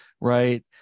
right